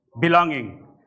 belonging